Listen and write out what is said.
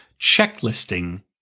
checklisting